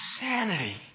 insanity